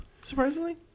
surprisingly